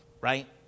right